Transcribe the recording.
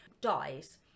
dies